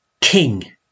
King